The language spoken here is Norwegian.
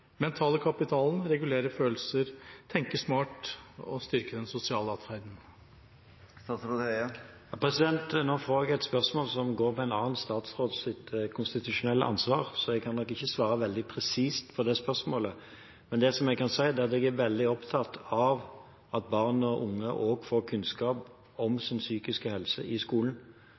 mentale kapitalen, regulere følelser, tenke smart og styrke den sosiale adferden? Nå får jeg et spørsmål som går på en annen statsråds konstitusjonelle ansvar, så jeg kan nok ikke svare veldig presist på det. Men det jeg kan si, er at jeg er veldig opptatt av at barn og unge også skal få kunnskap om